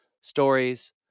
stories